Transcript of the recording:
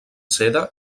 seda